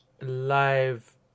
Live